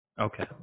Okay